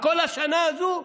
הכול השנה הזו?